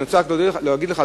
אני רק רוצה להגיד לך,